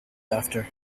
after